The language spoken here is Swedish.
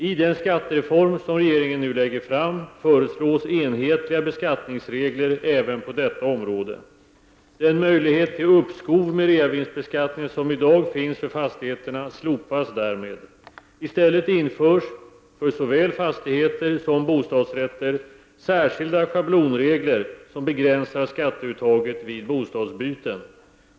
I den skattereform som regeringen nu lägger fram föreslås enhetliga beskattningsregler även på detta område. Den möjlighet till uppskov med reavinstbeskattningen som i dag finns för fastigheterna slopas därmed. I stället införs — för såväl fastigheter som bostadsrätter — särskilda schablonregler som begränsar skatteuttaget vid bostadsbyten.